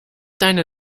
deine